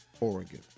Oregon